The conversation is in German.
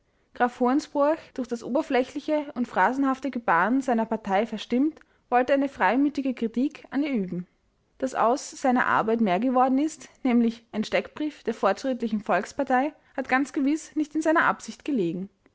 durch das oberflächliche und phrasenhafte gebahren seiner partei verstimmt wollte eine freimütige kritik an ihr üben daß aus seiner arbeit mehr geworden ist nämlich ein steckbrief der fortschrittlichen volkspartei hat ganz gewiß nicht in seiner absicht gelegen